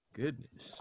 goodness